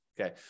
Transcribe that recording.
Okay